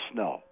Snow